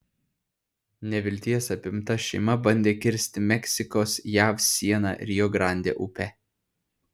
nevilties apimta šeima bandė kirsti meksikos jav sieną rio grande upe